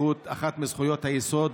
אחת מזכויות היסוד